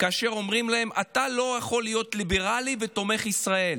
כאשר אומרים להם: אתה לא יכול להיות ליברלי ותומך ישראל.